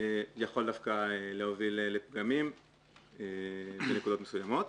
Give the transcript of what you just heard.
יכול דווקא להוביל לפגמים בנקודות מסוימות.